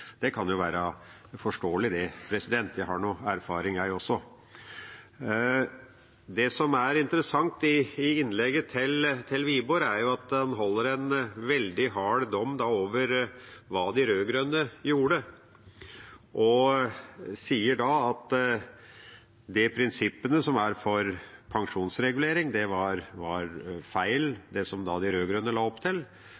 Det kan være forståelig, det, jeg har noe erfaring jeg også. Det som er interessant i innlegget til Wiborg, er at han feller en veldig hard dom over hva de rød-grønne gjorde. Han sier at prinsippene for pensjonsregulering var feil,